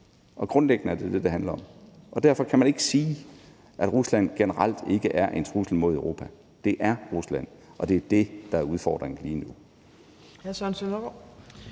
og grundlæggende er det det, som det handler om. Og derfor kan man ikke sige, at Rusland generelt ikke er en trussel mod Europa. Det er Rusland, og det er det, der er udfordringen lige nu.